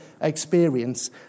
experience